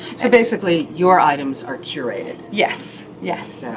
so basically your items are curated. yes, yes,